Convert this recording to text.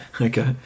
Okay